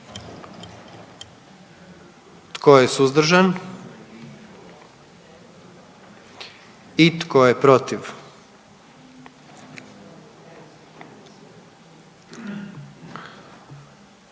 Tko je suzdržan? Tko je protiv?